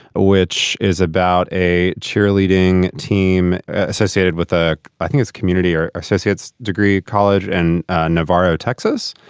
which is about a cheerleading team associated with. ah i think it's community or associate's degree college and navarro, texas.